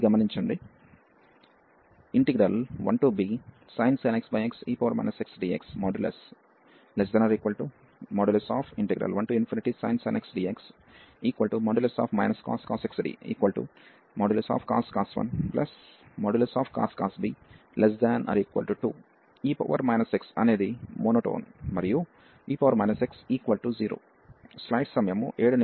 అది గమనించండి 1bsin x xe x dx1sin x dx cos x cos 1 cos b ≤2 e x అనేది monotone మరియు e x 0